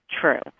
true